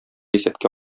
исәпкә